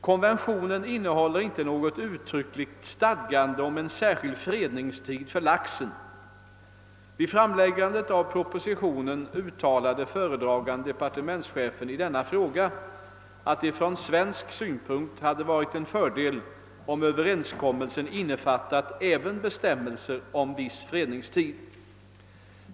Konventionen innehåller inte något uttryckligt stadgande om en särskild fredningstid för laxen. Vid framläggandet av propositionen uttalade föredragande departementschefen i denna fråga, att det från svensk synpunkt hade varit en fördel om överenskommelsen innefattat även bestämmelser om viss fredningstid.